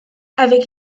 avec